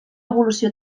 evolució